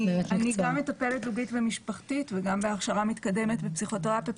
אני גם מטפלת זוגית ומשפחתית וגם בהכשרה מתקדמת בפסיכותרפיה,